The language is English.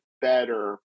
better